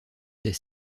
des